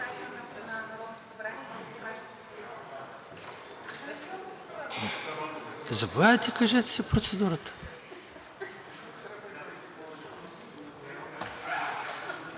Заповядайте, кажете си процедурата.